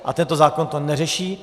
A tento zákon to neřeší.